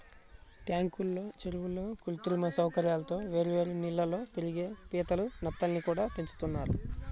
ట్యాంకుల్లో, చెరువుల్లో కృత్రిమ సౌకర్యాలతో వేర్వేరు నీళ్ళల్లో పెరిగే పీతలు, నత్తల్ని కూడా పెంచుతున్నారు